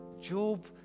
Job